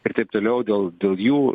ir taip toliau dėl dėl jų